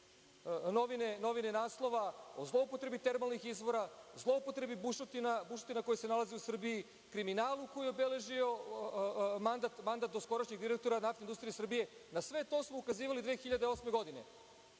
novine naslova o zloupotrebi termalnih izvora, zloupotrebi bušotina koje se nalaze u Srbiji, kriminalu koji je obeležio mandat doskorašnjeg direktora Naftne industrije Srbije. Na sve to smo ukazivali 2008 godine